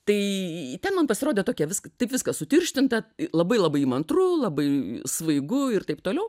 tai ten man pasirodė tokia visko taip viskas sutirštinta labai labai įmantru labai svaigu ir taip toliau